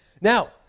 Now